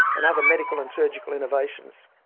and other medical and surgical innovations.